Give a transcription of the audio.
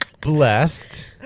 Blessed